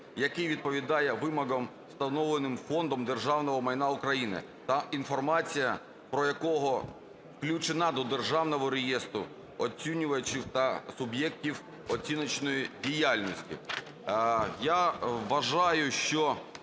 який відповідає вимогам, встановленим Фондом державного майна України та інформація про якого включена до Державного реєстру оцінювачів та суб'єктів оціночної діяльності". Я вважаю, що